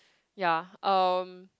ya um